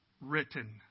written